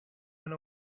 went